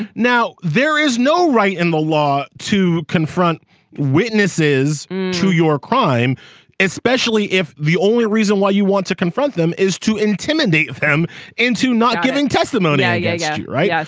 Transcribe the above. now there is no right in the law to confront witnesses to your crime especially if the only reason why you want to confront them is to intimidate them into not giving testimony. yeah yeah yeah right. yeah